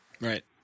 Right